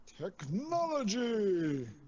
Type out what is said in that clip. technology